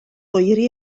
oeri